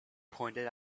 pointed